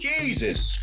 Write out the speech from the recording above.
Jesus